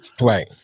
Right